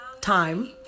time